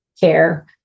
care